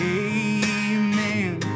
amen